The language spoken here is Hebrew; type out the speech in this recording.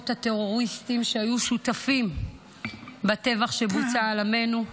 שהיו שותפים בטבח שבוצע בעמנו,